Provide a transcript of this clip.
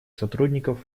сотрудников